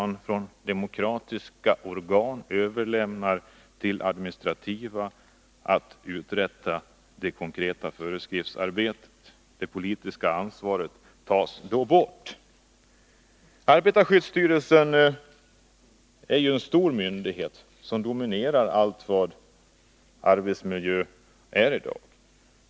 När demokratiska organ överlåter åt administrativa att uträtta det konkreta föreskriftsarbetet, så frånhänder man sig det politiska ansvaret. Arbetarskyddsstyrelsen är en stor myndighet, och den dominerar allt vad som händer på arbetsmiljöområdet i dag.